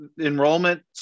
enrollment